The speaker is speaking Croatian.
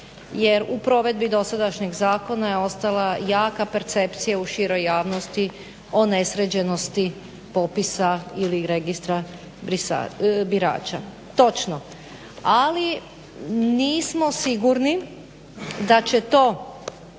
jer u provedbi dosadašnjeg zakona je ostala jaka percepcija u široj javnosti o nesređenosti popisa ili registra birača. Točno, ali nismo sigurni da će to